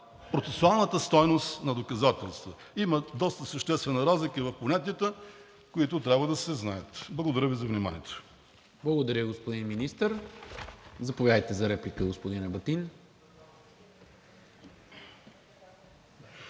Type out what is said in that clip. процесуалната стойност на доказателствата. Има доста съществена разлика и в понятията, които трябва да се знаят. Благодаря Ви за вниманието. ПРЕДСЕДАТЕЛ НИКОЛА МИНЧЕВ: Благодаря, господин Министър. Заповядайте за реплика, господин Ебатин.